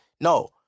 No